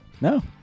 No